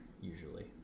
usually